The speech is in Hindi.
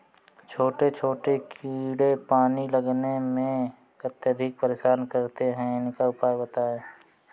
छोटे छोटे कीड़े पानी लगाने में अत्याधिक परेशान करते हैं इनका उपाय बताएं?